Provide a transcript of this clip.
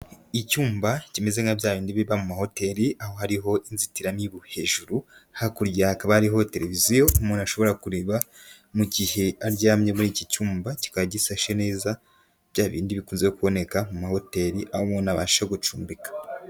Icyumba kimeze nka bya bindi biba mu mahoteli aho hariho inzitiramibu, hejuru hakurya hakaba hariho televiziyo umuntu ashobora kureba mu gihe aryamye muri iki cyumba, kikaba gisashe neza bya bindi bikunze kuboneka mu mahoteli aho umuntu abasha gucumbika.